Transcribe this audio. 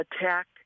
attack